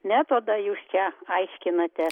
metodą jūs čia aiškinate